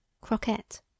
Croquette